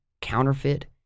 counterfeit